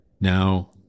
Now